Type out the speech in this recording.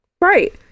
right